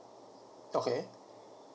okay